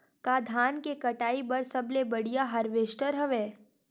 का धान के कटाई बर सबले बढ़िया हारवेस्टर हवय?